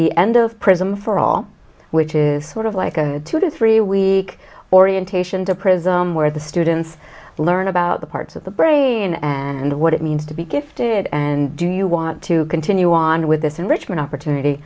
the end of prism for all which is sort of like a two to three week orientation the prism where the students learn about the parts of the brain and what it means to be gifted and do you want to continue on with this enrichment opportunity